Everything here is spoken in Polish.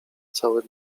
cały